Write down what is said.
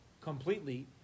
completely